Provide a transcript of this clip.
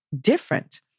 different